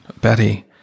Betty